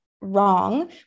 wrong